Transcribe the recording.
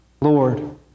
Lord